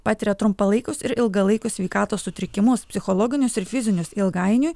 patiria trumpalaikius ir ilgalaikius sveikatos sutrikimus psichologinius ir fizinius ilgainiui